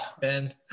Ben